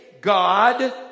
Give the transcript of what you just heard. God